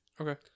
Okay